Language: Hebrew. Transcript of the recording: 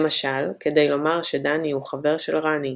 למשל כדי לומר שדני הוא חבר של רני,